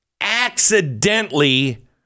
accidentally